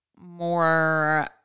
more